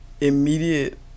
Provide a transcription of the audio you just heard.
immediate